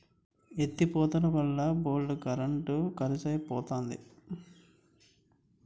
ఎత్తి పోతలవల్ల బోల్డు కరెంట్ కరుసైపోతంది